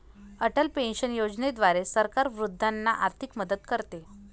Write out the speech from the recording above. Atal pension योजनेद्वारे सरकार वृद्धांना आर्थिक मदत करते